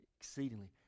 exceedingly